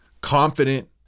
confident